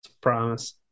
Promise